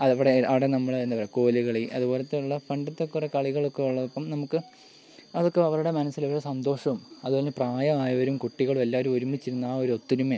അവിടെ അവിടെ നമ്മൾ എന്താ പറയാ കോല്കളി അതുപോലത്തെ ഉള്ള പണ്ടത്തെ കുറെ കളികളൊക്കെ ഉള്ളപ്പം നമുക്ക് അതൊക്കെ അവരുടെ മനസ്സിൽ ഒരു സന്തോഷവും അതു കഴിഞ്ഞ് പ്രായമായവരും കുട്ടികളും എല്ലാവരും ഒരുമിച്ച് നിന്ന് ആ ഒരു ഒത്തൊരുമയും